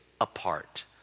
apart